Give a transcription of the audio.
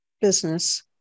business